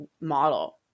model